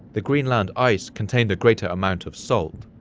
the greenland ice contained a greater amount of salt,